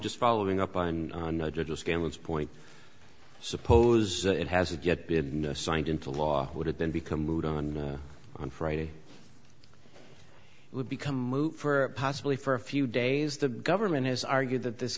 just following up on scandals point suppose it hasn't yet been signed into law would have been become moot on friday would become moot for possibly for a few days the government has argued that this